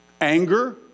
anger